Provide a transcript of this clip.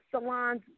salons